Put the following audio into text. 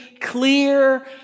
clear